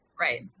right